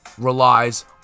relies